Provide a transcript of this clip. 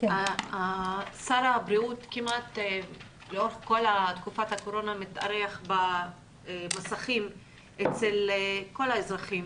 שר הבריאות כמעט לאורך כל תקופת הקורונה מתארח במסכים של כל האזרחים,